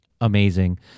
Amazing